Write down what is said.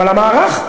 אבל המערך,